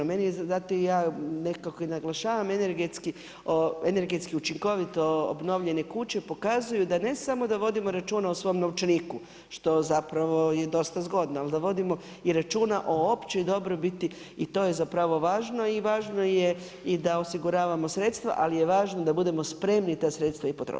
Ja nekako i naglašavam energetski učinkovito obnovljene kuće pokazuju da ne samo vodimo računa o svom novčaniku, što zapravo je dosta zgodno, ali da vodimo i računa o općoj dobrobiti i to je zapravo važno i važno je i da osiguravamo sredstva ali je važno da budemo spremni ta sredstva i potrošiti.